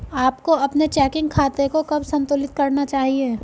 आपको अपने चेकिंग खाते को कब संतुलित करना चाहिए?